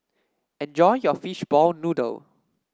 enjoy your Fishball Noodle